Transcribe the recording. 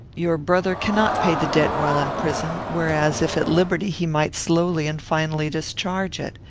your brother cannot pay the debt while in prison whereas, if at liberty, he might slowly and finally discharge it.